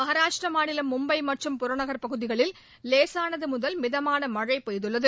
மகாராஷ்டிரா மாநிலம் மும்பை மற்றும் புறநகள் பகுதிகளில் லேசானது முதல் மிதமான மழை பெய்துள்ளது